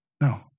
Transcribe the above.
no